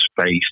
space